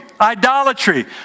idolatry